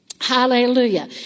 Hallelujah